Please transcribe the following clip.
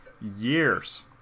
years